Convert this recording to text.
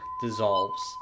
dissolves